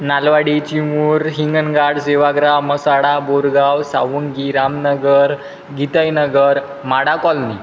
Nalwadi Chimur Hinganghat Sevagram Masada Borgaon Sawangi Ramnagar Gitainagar MHADA colony